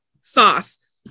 sauce